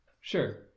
Sure